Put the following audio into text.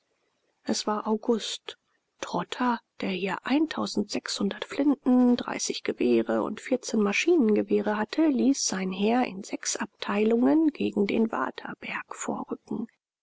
es war im august trotha der hier flinten dreißig gewehre und maschinengewehre hatte ließ sein heer in sechs abteilungen gegen den waterberg vorrücken